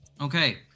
Okay